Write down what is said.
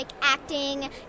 acting